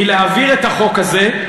היא להעביר את החוק הזה.